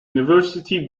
university